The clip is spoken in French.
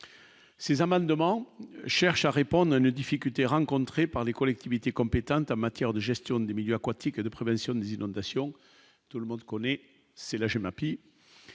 Ces amendements cherchent à répondre à nos difficultés rencontrées par les collectivités compétentes en matière de gestion des milieux aquatiques et de prévention des inondations, tout le monde connaît, c'est la chaîne